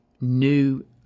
new